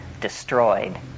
destroyed